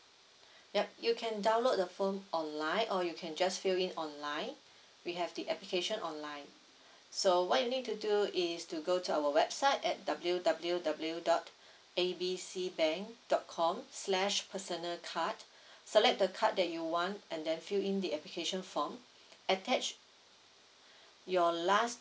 yup you can download the form online or you can just fill in online we have the application online so what you need to do is to go to our website at W_W_W dot A B C bank dot com slash personal card select the card that you want and then fill in the application form attach your last